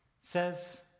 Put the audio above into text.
says